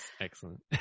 excellent